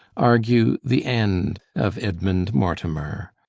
argue the end of edmund mortimer.